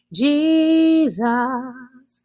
jesus